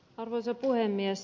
arvoisa puhemies